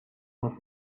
with